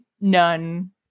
none